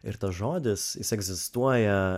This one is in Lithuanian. ir tas žodis jis egzistuoja